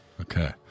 Okay